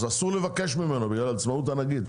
אז אסור לבקש ממנו בגלל עצמאות הנגיד,